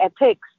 ethics